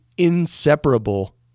inseparable